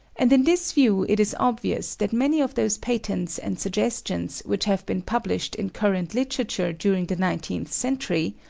and in this view it is obvious that many of those patents and suggestions which have been published in current literature during the nineteenth century,